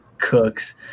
cooks